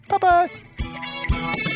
bye-bye